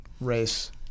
race